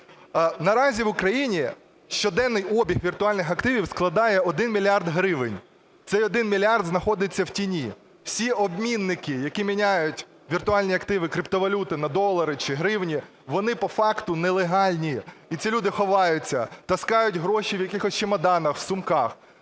Наразі в Україні щоденний обіг віртуальних активів складає 1 мільярд гривень, цей 1 мільярд знаходиться в тіні. Всі обмінники, які міняють віртуальні активи, криптовалюти на долари чи гривню, вони по факту нелегальні. І ці люди ховаються, таскають гроші в якихось чемоданах, в сумках.